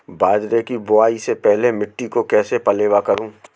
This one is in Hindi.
बाजरे की बुआई से पहले मिट्टी को कैसे पलेवा करूं?